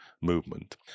movement